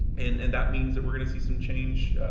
and and that means that we're going to see some change,